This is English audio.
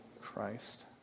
Christ